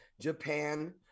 japan